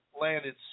landed